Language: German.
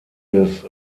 des